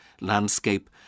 landscape